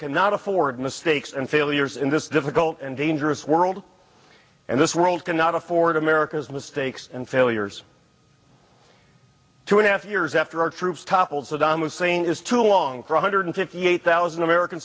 cannot afford mistakes and failures in this difficult and dangerous world and this world cannot afford america's mistakes and failures to an ass years after our troops toppled saddam hussein is to long for one hundred fifty eight thousand american